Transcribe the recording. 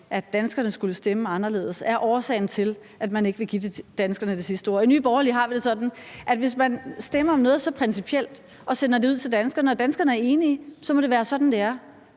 at danskerne skulle stemme anderledes, er årsagen til, at man ikke vil give danskerne det sidste ord. I Nye Borgerlige har vi det sådan, at hvis man stemmer om noget så principielt og sender det ud til danskerne og danskerne er enige, så må det være sådan, det er.